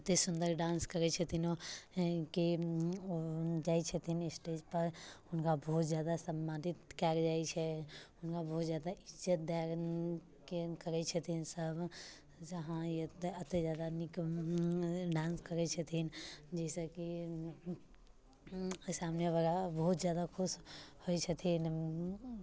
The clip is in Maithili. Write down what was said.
एतेक सुन्दर डान्स करै छथिन ओ कि ओ जाइ छथिन स्टेजपर हुनका बहुत ज्यादा सम्मानित कएल जाइ छै हुनका बहुत ज्यादा इज्जत दऽ कऽ करै छथिन सब अहाँ एतेक एतेक ज्यादा नीक डान्स करै छथिन जाहिसँ कि सामनेवला बहुत ज्यादा खुश होइ छथिन